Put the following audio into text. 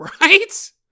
right